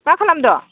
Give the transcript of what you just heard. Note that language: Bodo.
मा खालामदों